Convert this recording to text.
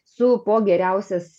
su po geriausias